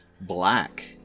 black